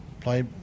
play